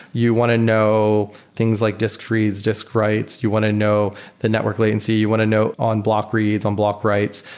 you want to know things like disk freeze, disk writes. you want to know the network latency. you want to know on-block reads, on-block on-block writes.